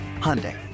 Hyundai